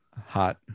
hot